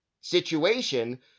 situation